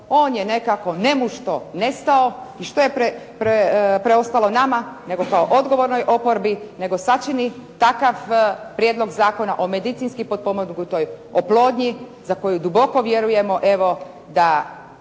on je nekako nemušto nestao i što je preostalo nama nego kao odgovornoj oporbi, nego sačini takav prijedlog zakona o medicinski potpomognutoj oplodnji za koju duboko vjerujemo,